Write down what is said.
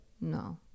No